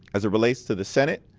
as it relates to the senate,